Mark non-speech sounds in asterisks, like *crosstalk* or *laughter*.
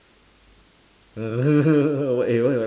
*laughs* eh what you want